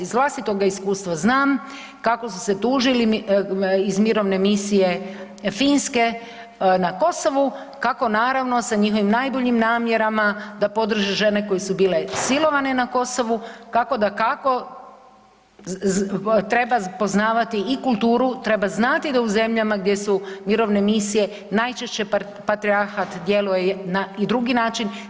Iz vlastitog iskustva znam kako su se tužili iz Mirovne misije Finske na Kosovu kako naravno sa njihovim najboljim namjerama da podrže žene koje su bile silovane na Kosovu kako dakako treba poznavati i kulturu, treba znati da u zemljama gdje su mirovne misije najčešće patrijarhat djeluje i na drugi način.